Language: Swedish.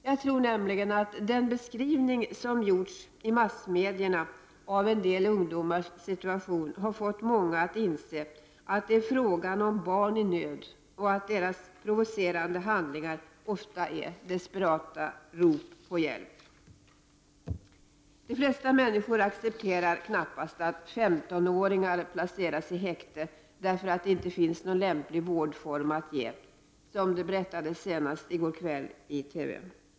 Jag tror nämligen att den beskrivning som massmedierna gjort av en del ungdomars situation har fått många människor att inse att det här är fråga om barn i nöd och att deras provocerande handlingar ofta är desperata rop på hjälp. De flesta människor accepterar knappast att 15-åringar placeras i häkte, därför att det inte finns någon lämplig vård för dem, något som det berättades om i TV i går kväll.